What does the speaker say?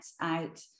out